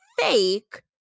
fake